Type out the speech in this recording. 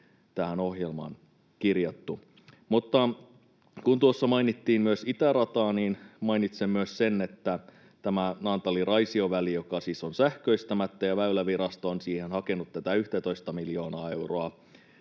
tähän ohjelmaan kirjattu. Mutta kun tuossa mainittiin itärata, niin mainitsen myös sen, että tämä Naantali—Raisio-väli, joka siis on sähköistämättä ja Väylävirasto on siihen hakenut 11:tä miljoonaa euroa,